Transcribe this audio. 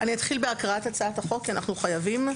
אני אתחיל בהקראת הצעת החוק כי אנחנו חייבים.